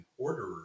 orderers